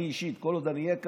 אני אישית, כל עוד אני אהיה כאן,